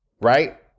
right